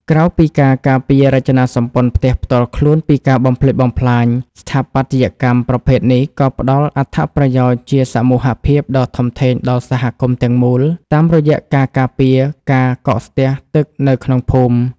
ក្រៅពីការការពាររចនាសម្ព័ន្ធផ្ទះផ្ទាល់ខ្លួនពីការបំផ្លិចបំផ្លាញ ស្ថាបត្យកម្មប្រភេទនេះក៏ផ្ដល់អត្ថប្រយោជន៍ជាសមូហភាពដ៏ធំធេងដល់សហគមន៍ទាំងមូល តាមរយៈការការពារការកកស្ទះទឹកនៅក្នុងភូមិ។